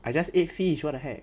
I just ate fish what the heck